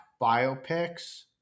biopics